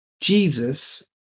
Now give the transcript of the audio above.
Jesus